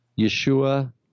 Yeshua